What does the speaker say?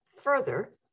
further